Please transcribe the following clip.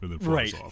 right